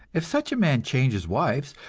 if such a man changes wives,